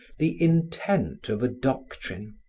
the intent of a doctrine.